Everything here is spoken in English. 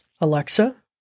Alexa